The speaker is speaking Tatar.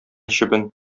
чебен